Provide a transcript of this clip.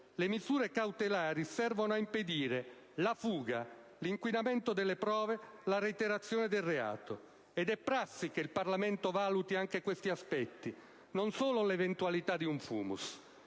le misure cautelari servono a impedire la fuga, l'inquinamento delle prove, la reiterazione del reato, ed è prassi che il Parlamento valuti anche questi aspetti e non solo l'eventualità di un *fumus*.